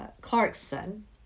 Clarkson